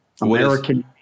American